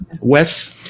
Wes